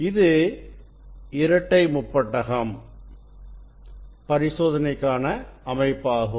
இது இரட்டை முப்பட்டகம் பரிசோதனைக்கான அமைப்பாகும்